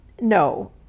No